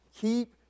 Keep